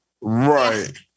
Right